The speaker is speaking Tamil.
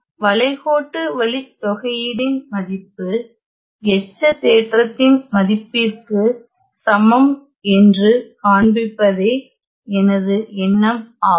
இந்த வளைகோட்டு வழித்தொகையீடின் மதிப்பு எச்ச தேற்றத்தின் மதிப்பிற்கு சமம் என்று காண்பிப்பதே எனது எண்ணம் ஆகும்